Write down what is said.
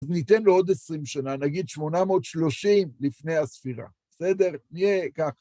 ניתן לו עוד עשרים שנה, נגיד שמונה מאות שלושים לפני הספירה, בסדר? נהיה כך.